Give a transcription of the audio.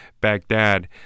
Baghdad